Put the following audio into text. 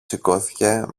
σηκώθηκε